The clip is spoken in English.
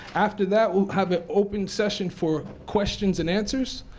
after that, we'll have an open session for questions and answers,